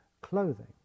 clothing